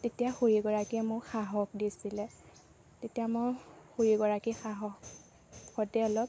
তেতিয়া খুৰীগৰাকীয়ে মোক সাহস দিছিলে তেতিয়া মই খুৰীগৰাকী সাহসতে অলপ